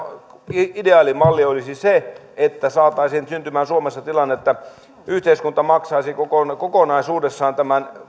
ideaali malli se että saataisiin syntymään suomessa tilanne että yhteiskunta maksaisi kokonaisuudessaan tämän